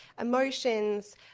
emotions